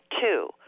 Two